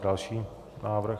Další návrh.